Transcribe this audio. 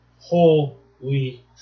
holy